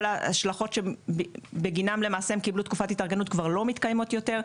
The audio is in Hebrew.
כל ההשלכות בגינן למעשה הם קיבלו תקופת התארגנות כבר לא מתקיימות ושוב,